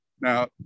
Now